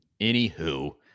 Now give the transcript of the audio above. Anywho